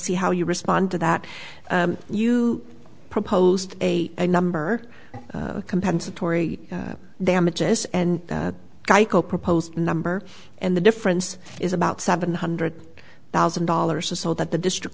see how you respond to that you proposed a number of compensatory damages and that geico proposed a number and the difference is about seven hundred thousand dollars or so that the district